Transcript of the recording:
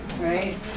right